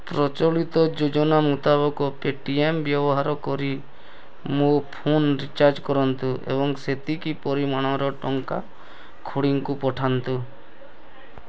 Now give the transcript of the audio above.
ପ୍ରଚଳିତ ଯୋଜନା ମୁତାବକ ପେଟିଏମ୍ ବ୍ୟବହାର କରି ମୋ ଫୋନ୍ ରିଚାର୍ଜ କରନ୍ତୁ ଏବଂ ସେତିକି ପରିମାଣର ଟଙ୍କା ଖୁଡ଼ୀଙ୍କୁ ପଠାନ୍ତୁ